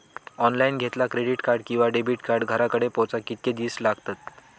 Online घेतला credit card किंवा debit card घराकडे पोचाक कितके दिस लागतत?